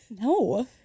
No